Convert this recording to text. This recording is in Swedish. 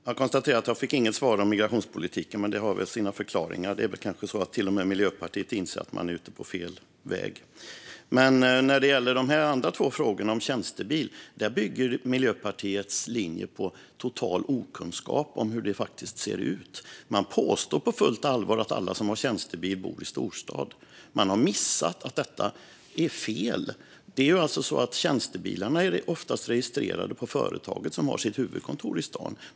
Fru talman! Jag konstaterar att jag inte fick något svar om migrationspolitiken, men det har väl sina förklaringar. Det är kanske så att till och med Miljöpartiet inser att man är på fel väg. Men när det gäller frågan om tjänstebil bygger Miljöpartiets linje på total okunskap om hur det faktiskt ser ut. Man påstår på fullt allvar att alla som har tjänstebil bor i en storstad. Man har missat att detta är fel. Tjänstebilarna är oftast registrerade på företaget, som har sitt huvudkontor i stan.